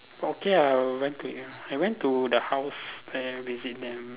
okay ah I went to the I went to the house and visit them